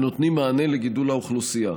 הנותנים מענה לגידול האוכלוסייה.